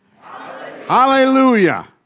Hallelujah